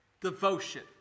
devotion